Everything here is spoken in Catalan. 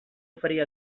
oferir